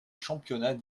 championnat